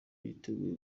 yiteguye